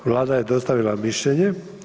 Vlada je dostavila mišljenje.